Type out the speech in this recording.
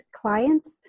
clients